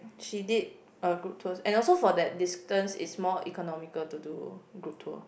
she did a group tours and also for that distance is more economical to do to do